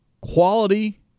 quality